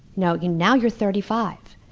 now you know now you're thirty-five.